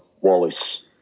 Wallace